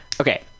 Okay